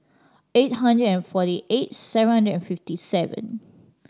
eight hundred and forty eight seven hundred and fifty seven